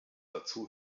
dazu